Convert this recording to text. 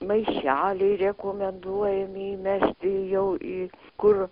maišeliai rekomenduojami įmesti jau į kur